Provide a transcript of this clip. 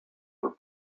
were